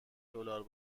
دلار